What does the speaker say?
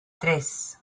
tres